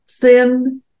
Thin